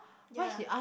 ya